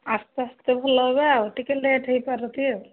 ଆସ୍ତେ ଆସ୍ତେ ଭଲ ହେବେ ଆଉ ଟିକେ ଲେଟ୍ ହୋଇପାରୁଛି